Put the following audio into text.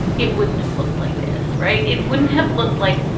it wouldn't have looked like this, right? it wouldn't have looked like,